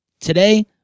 Today